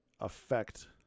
affect